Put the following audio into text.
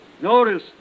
Notice